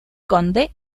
conde